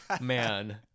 man